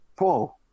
Whoa